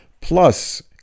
plus